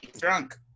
Drunk